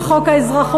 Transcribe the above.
עם חוק האזרחות,